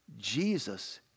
Jesus